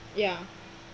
ya